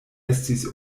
estis